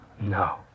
No